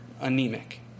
anemic